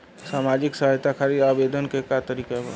सामाजिक सहायता खातिर आवेदन के का तरीका बा?